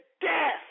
death